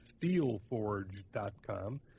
steelforge.com